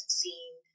seeing